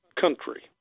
country